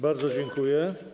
Bardzo dziękuję.